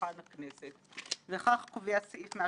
הכנסת דוח המפרט את פעולותיה ומסקנותיה,